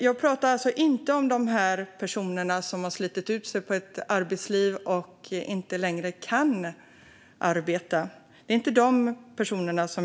Jag pratar alltså inte om de personer som har slitit ut sig i ett arbetsliv och inte längre kan arbeta.